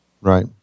Right